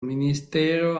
ministero